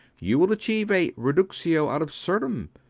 you will achieve a reductio ad absurdum.